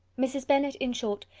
mrs. bennet, in short,